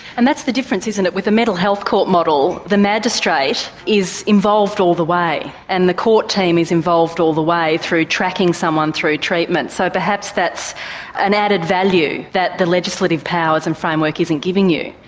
and that's the difference, isn't it? with a mental health court model, the magistrate is involved all the way and the court team is involved all the way through tracking someone through treatment. so perhaps that's an added value that the legislative powers and framework isn't giving you.